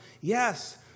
Yes